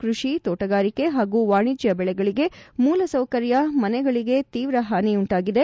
ಕೃಷಿ ತೋಟಗಾರಿಕೆ ಹಾಗೂ ವಾಣಿಜ್ಯಬೆಳೆಗಳಿಗೆ ಮೂಲಸೌಕರ್ಯ ಮನೆಗಳಿಗೆ ತೀವ್ರ ಹಾನಿಯುಂಟಾಗಿದೆ